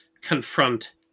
confront